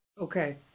Okay